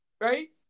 right